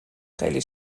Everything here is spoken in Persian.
خیلی